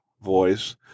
voice